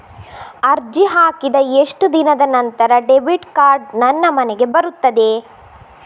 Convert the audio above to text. ಅರ್ಜಿ ಹಾಕಿದ ಎಷ್ಟು ದಿನದ ನಂತರ ಡೆಬಿಟ್ ಕಾರ್ಡ್ ನನ್ನ ಮನೆಗೆ ಬರುತ್ತದೆ?